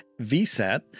VSAT